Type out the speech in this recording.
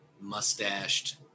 mustached